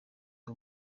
ndi